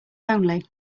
only